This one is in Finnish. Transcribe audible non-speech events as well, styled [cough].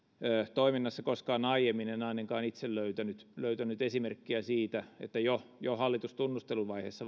toiminnassa koskaan aiemmin en ainakaan itse löytänyt löytänyt esimerkkiä siitä että varsinkaan jo hallitustunnusteluvaiheessa [unintelligible]